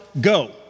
go